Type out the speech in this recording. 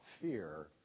fear